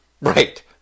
Right